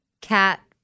cat